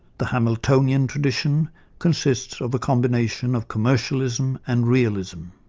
the hamiltonian tradition consists of a combination of commercialism and realism.